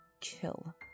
kill